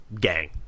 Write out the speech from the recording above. gang